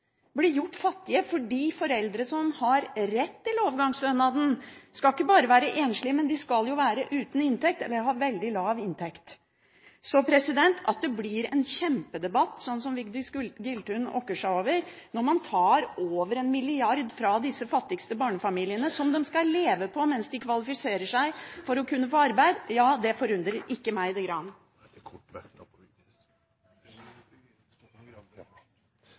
blir gjort fattige, fordi foreldre som har rett til overgangsstønad, ikke bare skal være enslige, men de skal jo være uten inntekt eller ha veldig lav inntekt. Så at det blir en kjempedebatt – som Vigdis Giltun okker seg over – når man tar over en milliard fra disse fattigste barnefamiliene, som de skal leve på mens de kvalifiserer seg til å kunne få arbeid, det forundrer ikke meg det